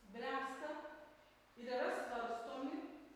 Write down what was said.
bręsta ir yra svarstomi